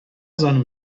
seinem